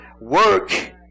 Work